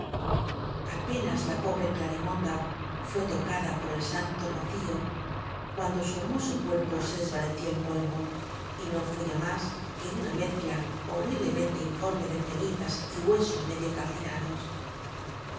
apenas la pobre clarimonda fué tocada por disanto rocío cuando su hermoso cuerpo se desvaneció en polvo y no íuó ya más que noa u mezcla horriblemente informe de cenizas y hue sos medio calcinados